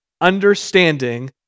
understanding